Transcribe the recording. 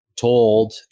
told